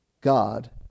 God